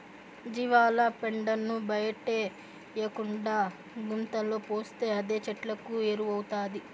జీవాల పెండను బయటేయకుండా గుంతలో పోస్తే అదే చెట్లకు ఎరువౌతాది